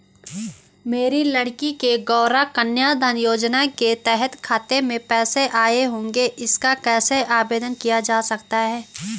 मेरी लड़की के गौंरा कन्याधन योजना के तहत खाते में पैसे आए होंगे इसका कैसे आवेदन किया जा सकता है?